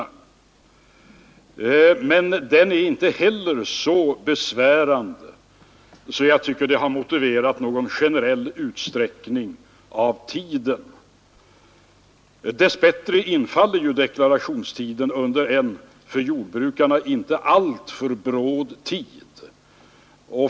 Men inte heller detta är så besvärande att jag tycker att det motiverar någon generell utsträckning av tiden för avlämnande av självdeklarationen. Dess bättre infaller deklarationsarbetet under en för jordbrukarna inte alltför bråd tid.